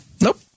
Nope